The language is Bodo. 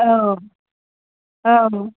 औ औ